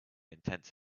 intense